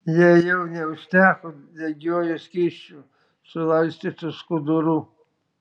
jai jau neužteko degiuoju skysčiu sulaistytų skudurų